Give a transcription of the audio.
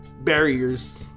barriers